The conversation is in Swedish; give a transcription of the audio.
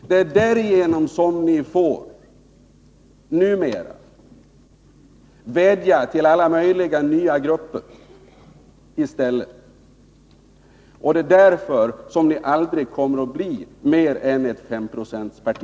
Det är därför ni numera får vädja till alla möjliga nya grupper, och det är därför som ni aldrig kommer att bli mer än ett femprocentsparti.